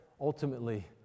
ultimately